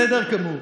בסדר גמור.